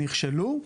נכשלו,